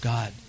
God